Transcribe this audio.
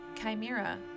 Chimera